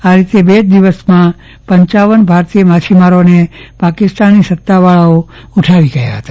આ રીતે બે જ દિવસમાં પપ ભરતીય માછીમારને પાકિસ્તાની સતાવાળાઓ ઉઠાવી ગયા હતા